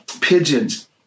pigeons